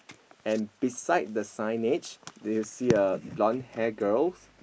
and beside the signage do you see a blonde hair girls